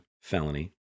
felony